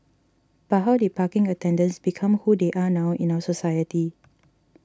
but how did parking attendants become who they are now in our society